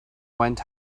went